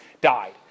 died